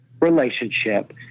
relationship